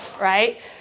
right